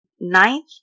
Ninth